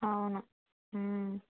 అవును